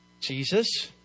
Jesus